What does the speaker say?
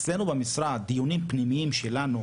אצלנו במשרד דיונים פנימיים שלנו,